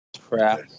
Crap